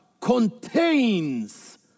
contains